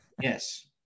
Yes